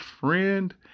friend